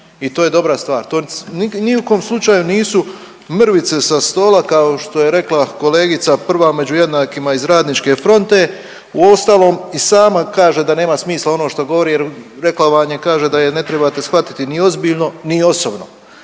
i to je dobra stvar. To ni u kom slučaju nisu mrvice sa stola kao što je rekla kolegica prva među jednakima iz RF-a, uostalom i sama kaže da nema smisla ono što govori jer rekla vam je, kaže da je ne trebate shvatiti ni ozbiljno, ni osobno,